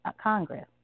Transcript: Congress